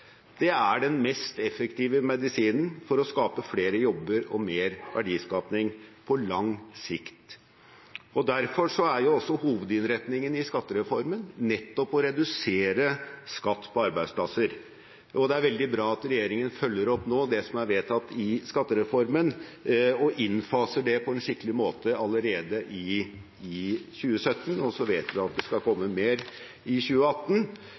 er den mest effektive medisinen for å skape flere jobber og mer verdiskaping på lang sikt. Derfor er også hovedinnretningen i skattereformen nettopp å redusere skatt på arbeidsplasser, og det er veldig bra at regjeringen nå følger opp det som er vedtatt i skattereformen, og innfaser det på en skikkelig måte allerede i 2017. Så vet vi at det skal komme mer i 2018,